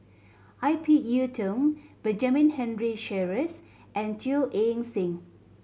I P Yiu Tung Benjamin Henry Sheares and Teo Eng Seng